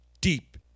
deep